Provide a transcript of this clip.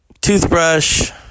toothbrush